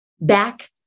back